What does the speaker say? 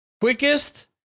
quickest